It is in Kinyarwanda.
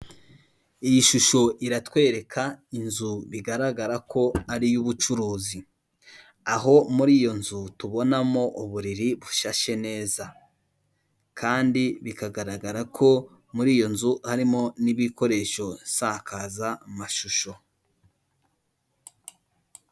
Iyi shusho iratwereka inzu bigaragara ko ari iy'ubucuruzi, aho muri iyo nzu tubonamo uburiri bushyashe neza kandi bikagaragara ko muri iyo nzu harimo n'ibikoresho Bisakaza amashusho.